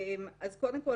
אז קודם כול,